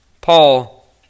Paul